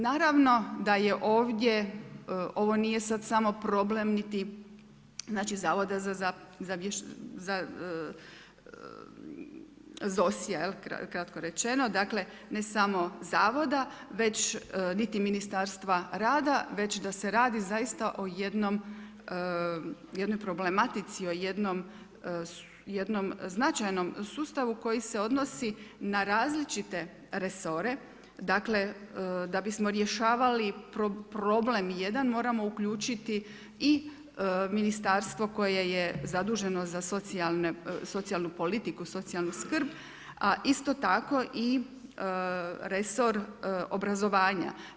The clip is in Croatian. Naravno da je ovdje ovo nije sad samo problem niti ZOS-ija, kratko rečeno, ne samo zavoda niti Ministarstva rada već da se radi zaista o jednoj problematici, o jednom značajnom sustavu koji se odnosi na različite resore, dakle da bi smo rješavali problem jedan moramo uključiti i ministarstvo koje je zaduženo za socijalnu politiku, socijalnu skrb a isto tako i resor obrazovanja.